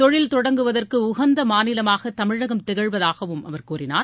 தொழில் தொடங்குவதற்கு உகந்த மாநிலமாக தமிழகம் திகழ்வதாகவும் அவர் கூறினார்